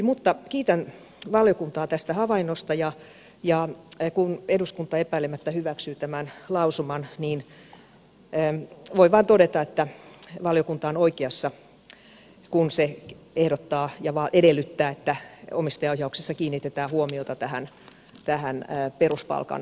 mutta kiitän valiokuntaa tästä havainnosta ja kun eduskunta epäilemättä hyväksyy tämän lausuman niin voin vain todeta että valiokunta on oikeassa kun se ehdottaa ja edellyttää että omistajaohjauksessa kiinnitetään huomiota tähän peruspalkan nousuun